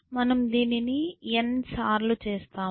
మనము దీనిని n సార్లు చేస్తాము